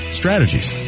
strategies